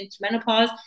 menopause